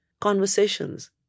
conversations